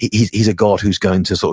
he's he's a god who's going to so